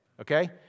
okay